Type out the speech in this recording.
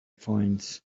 finds